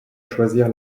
choisir